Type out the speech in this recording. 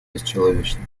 бесчеловечным